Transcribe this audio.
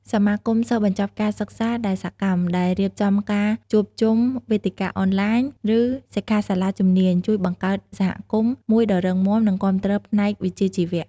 សមាគមសិស្សបញ្ចប់ការសិក្សាដែលសកម្ម ដែលរៀបចំការជួបជុំ វេទិកាអនឡាញ ឬសិក្ខាសាលាជំនាញ ជួយបង្កើតសហគមន៍មួយដ៏រឹងមាំ និងគាំទ្រផ្នែកវិជ្ជាជីវៈ។